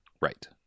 Right